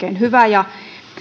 on oikein hyvä ja